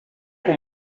que